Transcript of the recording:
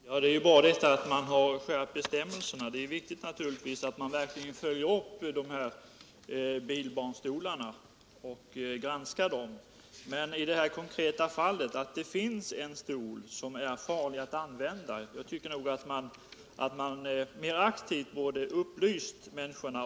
Herr talman! Det är ju bra att man har skärpt bestämmelserna, och det är naturligtvis viktigt att man verkligen följer upp frågan med bilbarnstolarna och granskar dem. Men i det här konkreta fallet tycker jag ändå aut man mera aktivt borde ha upplyst människorna om att det finns en barnstol som är farlig att använda.